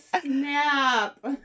snap